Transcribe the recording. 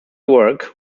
work